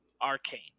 Arcane